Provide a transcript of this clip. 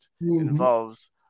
involves